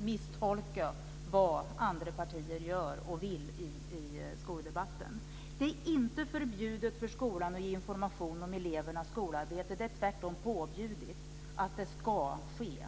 misstolka vad andra partier gör och vill i skoldebatten. Det är inte förbjudet för skolan att ge information om elevernas skolarbete. Det är tvärtom påbjudet att det ska ske.